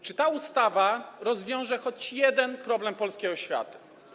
Czy ta ustawa rozwiąże choć jeden problem polskiej oświaty?